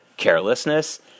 Carelessness